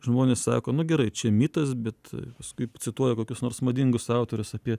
žmonės sako nu gerai čia mitas bet paskui cituoja kokius nors madingus autorius apie